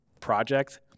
project